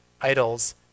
idols